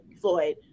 Floyd